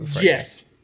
Yes